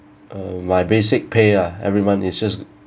uh my basic pay lah every month is just